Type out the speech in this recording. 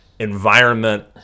Environment